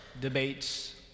debates